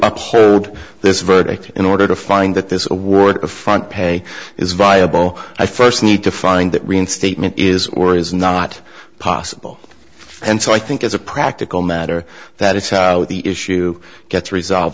to this verdict in order to find that this award of front pay is viable i first need to find that reinstatement is or is not possible and so i think as a practical matter that is the issue gets resolved